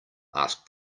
asked